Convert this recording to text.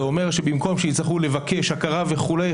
זה אומר שבמקום שיצטרכו לבקש הכרה וכולי,